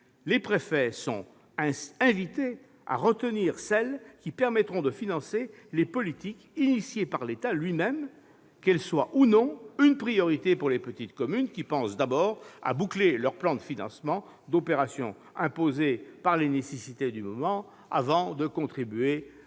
les préfets sont invités à retenir celles qui permettront de financer les politiques engagées par l'État lui-même, qu'elles soient ou non une priorité pour les petites communes. Or celles-ci pensent à boucler leurs plans de financement d'opérations imposées par les nécessités du moment avant de chercher à contribuer